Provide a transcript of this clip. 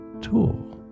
tool